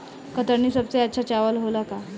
कतरनी सबसे अच्छा चावल होला का?